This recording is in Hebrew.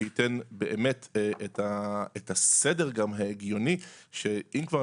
שייתן באמת את הסדר גם ההגיוני שאם כבר